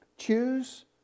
Choose